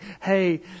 hey